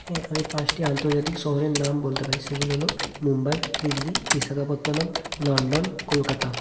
হ্যাঁ আমি পাঁচটি আন্তর্জাতিক শহরের নাম বলতে পারি সেগুলো হলো মুম্বাই দিল্লি বিশাখাপত্তনম লন্ডন কলকাতা